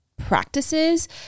practices